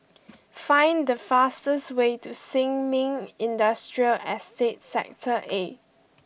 find the fastest way to Sin Ming Industrial Estate Sector A